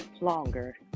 longer